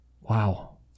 Wow